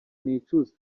nicuza